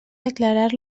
declarar